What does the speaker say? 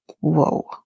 whoa